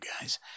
guys